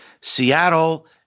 Seattle